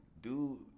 dude